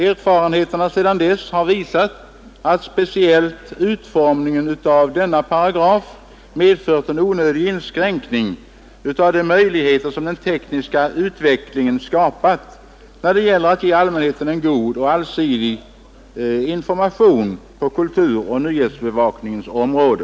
Erfarenheterna sedan dess har visat att speciellt utformningen av denna paragraf medfört en onödig inskränkning av de möjligheter som den tekniska utvecklingen skapat när det gäller att ge allmänheten en god och allsidig information på kulturoch nyhetsbevakningens område.